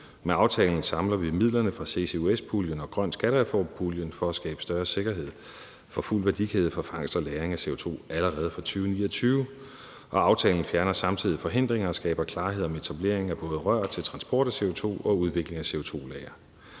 Med aftalen samler vi midlerne fra ccus-puljen og puljen for denne grønne skattereform for at skabe større sikkerhed i forhold til en fuld værdikæde for fangst og lagring af CO2 allerede fra 2029. Aftalen fjerner samtidig forhindringer og skaber klarhed om etableringen af både rør til transport af CO2 og udvikling af CO2-lagre.